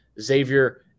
Xavier